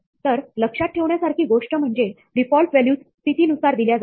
तर लक्षात ठेवण्यासारखी गोष्ट म्हणजे डिफॉल्ट व्हॅल्यूज स्थितीनुसार दिल्या जातात